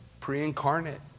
pre-incarnate